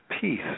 peace